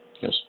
Yes